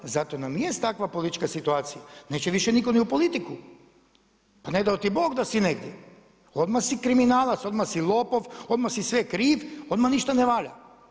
Zato nam i jest takva politička situacija, neće više nitko ni u politiku, pa ne dao ti Bog da si negdje, odmah si kriminalac, odmah si lopov, odmah si sve kriv, odmah ništa ne valja.